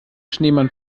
schneemann